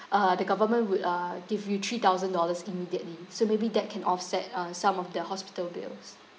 uh the government would uh give you three thousand dollars immediately so maybe that can offset uh some of the hospital bills